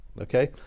Okay